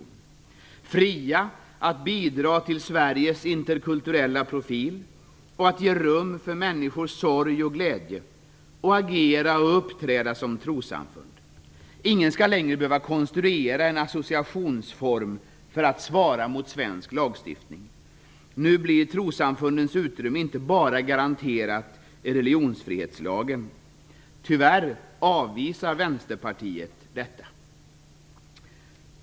Ni blir också fria att bidra till Sveriges interkulturella profil, till att ge rum för människors sorg och glädje och till att agera och uppträda som trossamfund. Ingen skall längre behöva konstruera en associationsform för att svara mot svensk lagstiftning. Trossamfundens utrymme blir nu inte bara garanterat i religionsfrihetslagen. Tyvärr avvisar Vänsterpartiet detta.